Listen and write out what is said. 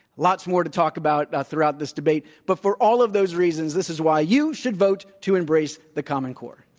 lots more to talkabout ah throughout this debate, but for all of those reasons, this is why you should vote to embrace the common core.